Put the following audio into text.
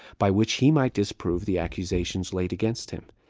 by which he might disprove the accusations laid against him,